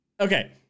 Okay